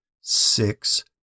Six